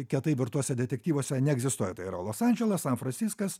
kietai virtuose detektyvuose neegzistuoja tai yra los andželas san franciskas